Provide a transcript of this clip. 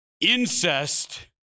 incest